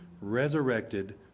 resurrected